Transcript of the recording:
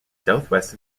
southwest